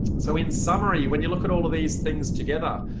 so in summary, when you look at all of these things together,